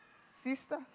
Sister